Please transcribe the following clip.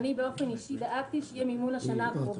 ובאופן אישי דאגתי שיהיה מימון לשנה הקרובה.